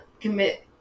commit